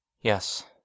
Yes